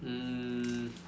um